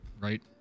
right